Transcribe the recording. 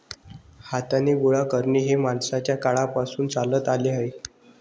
हाताने गोळा करणे हे माणसाच्या काळापासून चालत आले आहे